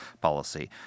policy